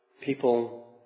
People